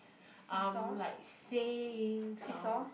um like saying some